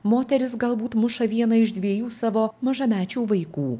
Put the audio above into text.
moteris galbūt muša vieną iš dviejų savo mažamečių vaikų